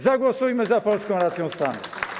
Zagłosujmy za polską racją stanu.